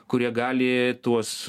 kurie gali tuos